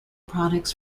products